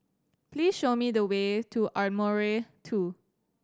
please show me the way to Ardmore Two